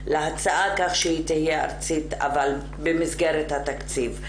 להצעה, כך שהיא תהיה ארצית, אבל במסגרת התקציב.